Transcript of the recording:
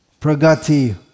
pragati